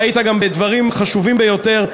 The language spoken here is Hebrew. אתה עסקת גם בדברים חשובים ביותר,